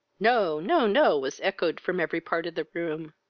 no, no, no! was echoed from every part of the room.